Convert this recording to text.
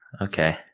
Okay